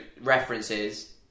References